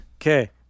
okay